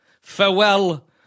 Farewell